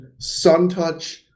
Suntouch